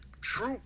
true